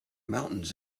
mountains